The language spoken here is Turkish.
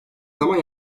zaman